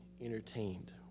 entertained